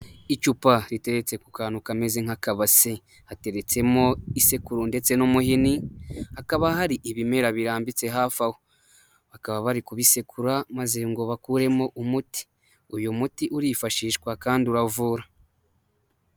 Icupa riteretse ku kantu kameze nk'akabasi, hateretsemo isekuru ndetse n'umuhini, hakaba hari ibimera birambitse hafi aho, bakaba bari kubisekura maze ngo bakuremo umuti, uyu muti urifashishwa kandi uravura.